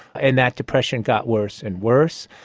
and that depression got worse and worse.